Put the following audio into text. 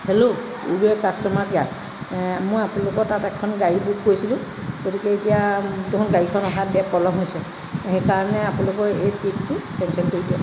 hello Uber customer care মই আপোনালোকৰ তাত এখন গাড়ী বুক কৰিছিলোঁ গতিকে এতিয়া দেখোন গাড়ীখন অহাত দে পলম হৈছে সেই কাৰণে আপোনলোকৰ এই ট্ৰিপটো কেঞ্চেল কৰি দিয়ক